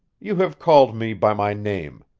you have called me by my name.